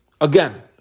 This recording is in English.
Again